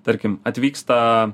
tarkim atvyksta